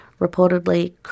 reportedly